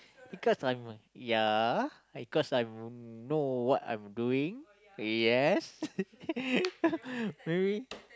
because I'm ya because I'm know what I'm doing yes maybe